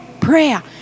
prayer